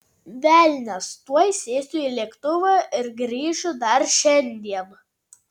velnias tuoj sėsiu į lėktuvą ir grįšiu dar šiandien